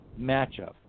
matchup